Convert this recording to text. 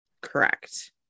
Correct